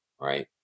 right